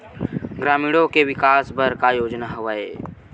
ग्रामीणों के विकास बर का योजना हवय?